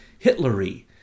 Hitlery